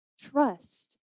trust